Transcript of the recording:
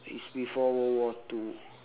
it's before world war two